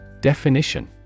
Definition